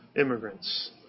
immigrants